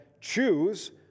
choose